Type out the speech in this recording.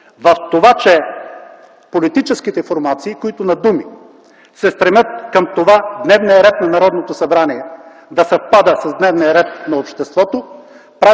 В това, че политическите формации, които на думи се стремят към това дневният ред на Народното събрание да съвпада с дневния ред на обществото,